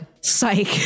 psych